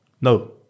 No